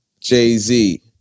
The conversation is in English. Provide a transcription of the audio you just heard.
Jay-Z